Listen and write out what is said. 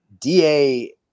DA